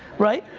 right?